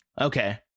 Okay